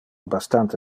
bastante